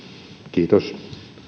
kiitos